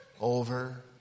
over